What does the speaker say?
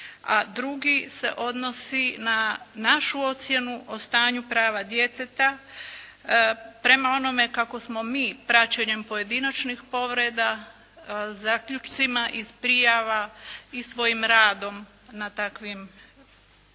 a drugi se odnosi na našu ocjenu o stanju prava djeteta prema onome kako smo mi praćenjem pojedinačnih povreda zaključcima i prijava i svojim radom na takvim primjedbama,